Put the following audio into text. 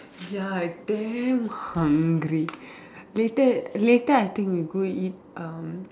ya I damn hungry later later I think we go eat um